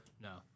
No